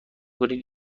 کنید